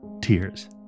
tears